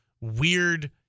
weird